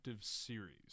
series